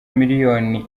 miliyoni